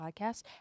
podcast